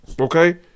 Okay